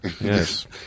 Yes